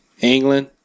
england